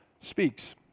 speaks